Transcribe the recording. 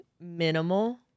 minimal